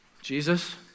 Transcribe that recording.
Jesus